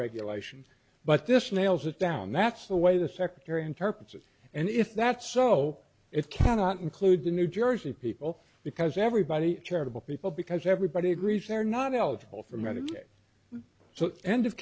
regulation but this nails it down that's the way the secretary interprets it and if that's so it cannot include the new jersey people because everybody charitable people because everybody agrees they're not eligible for medicaid so end